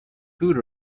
food